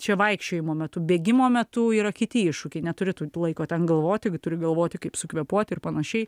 čia vaikščiojimo metu bėgimo metu yra kiti iššūkiai neturi tu laiko ten galvoti turi galvoti kaip sukvėpuoti ir panašiai